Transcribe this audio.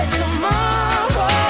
tomorrow